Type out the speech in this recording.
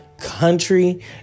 Country